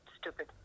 stupid